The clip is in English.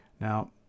Now